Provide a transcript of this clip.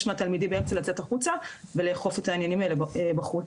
מהתלמידים לצאת החוצה ולאכוף את העניינים האלה בחוץ.